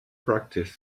practice